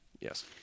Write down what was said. Yes